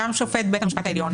גם שופט בית המשפט העליון.